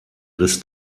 riss